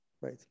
right